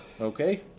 Okay